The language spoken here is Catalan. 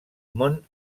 món